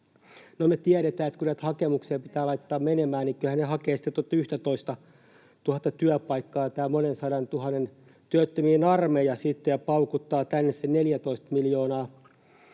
me tiedetään, että kun näitä hakemuksia pitää laittaa menemään, niin kyllähän tuota 11 000:ta työpaikkaa sitten hakee tämä monen sadantuhannen työttömän armeija ja paukuttaa sinne sen 14 miljoonaa